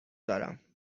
دارم